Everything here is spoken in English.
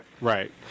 Right